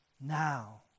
now